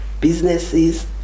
businesses